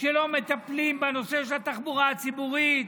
כשלא מטפלים בנושא של התחבורה הציבורית,